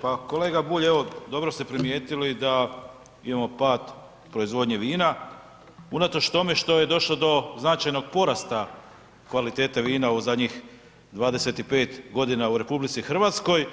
Pa kolega Bulj, evo, dobro ste primijetili da imamo pad proizvodnje vina unatoč tome što je došlo do značajnog porasta kvalitete vina u zadnjih 25.g. u RH,